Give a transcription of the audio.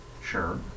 Sure